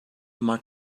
mart